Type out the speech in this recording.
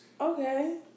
okay